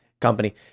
company